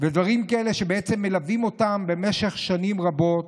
ודברים כאלה, שבעצם מלווים אותם במשך שנים רבות.